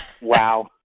Wow